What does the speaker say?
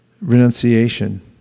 renunciation